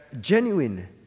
genuine